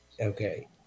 Okay